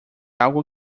algo